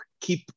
keep